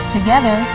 Together